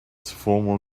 formal